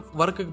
work